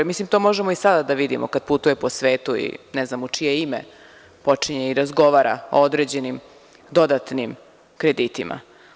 To možemo i sada da vidimo kada putujemo po svetu, i ne znam u čije ime, počinje i razgovara o određenim dodatnim kreditima.